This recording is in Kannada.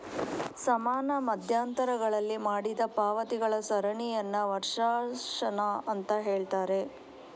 ಸಮಾನ ಮಧ್ಯಂತರಗಳಲ್ಲಿ ಮಾಡಿದ ಪಾವತಿಗಳ ಸರಣಿಯನ್ನ ವರ್ಷಾಶನ ಅಂತ ಹೇಳ್ತಾರೆ